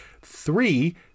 Three